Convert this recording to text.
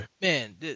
man